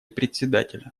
председателя